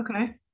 okay